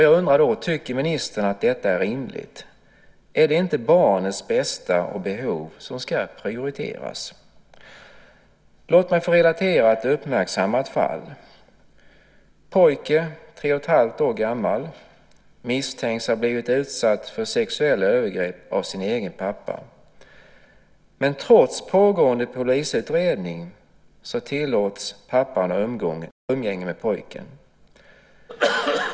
Jag undrar därför: Tycker ministern att detta är rimligt? Är det inte barnets bästa och behov som ska prioriteras? Låt mig få relatera ett uppmärksammat fall. Pojke, tre och ett halvt år gammal, misstänks ha blivit utsatt för sexuella övergrepp av sin egen pappa. Trots pågående polisutredning tillåts pappan ha umgänge med pojken.